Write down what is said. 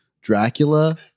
Dracula